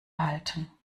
halten